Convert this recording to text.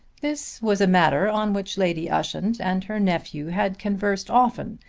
this was a matter on which lady ushant and her nephew had conversed often,